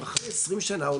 20 שנה,